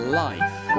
life